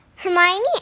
Hermione